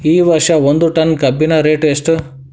ಈ ವರ್ಷ ಒಂದ್ ಟನ್ ಕಬ್ಬಿನ ರೇಟ್ ಎಷ್ಟು?